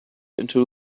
into